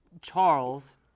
Charles